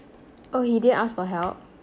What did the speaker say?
oh he didn't ask for help